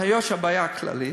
הייתה שם בעיה כללית,